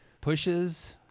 pushes